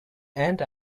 end